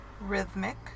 rhythmic